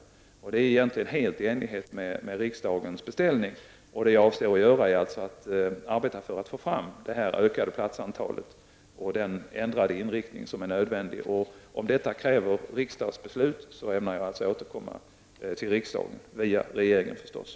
Detta är egentligen helt i enlighet med riksdagens beställning. Vad jag avser att göra är att arbeta för att få till stånd en ökning av antalet platser och den ändring av inriktningen som är nödvändig. Detta kräver ett riksdagsbeslut, och jag ämnar därför via regeringen återkomma till riksdagen.